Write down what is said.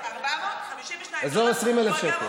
5,452. אזור ה-20,000 שקל.